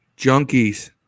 Junkies